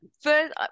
first